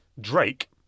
Drake